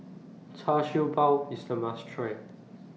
Char Siew Bao IS A must Try